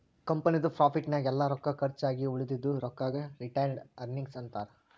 ಕಂಪನಿದು ಪ್ರಾಫಿಟ್ ನಾಗ್ ಎಲ್ಲಾ ರೊಕ್ಕಾ ಕರ್ಚ್ ಆಗಿ ಉಳದಿದು ರೊಕ್ಕಾಗ ರಿಟೈನ್ಡ್ ಅರ್ನಿಂಗ್ಸ್ ಅಂತಾರ